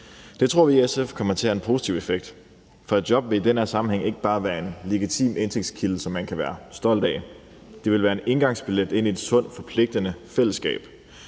Det tror vi i SF kommer til at have en positiv effekt, for et job vil i den her sammenhæng ikke bare være en legitim indtægtskilde, som man kan være stolt af. Det vil være en indgangsbillet ind i et sundt, forpligtende fællesskab.